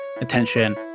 attention